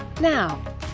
Now